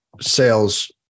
sales